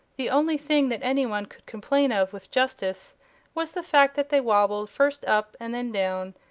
the only thing that anyone could complain of with justice was the fact that they wobbled first up and then down,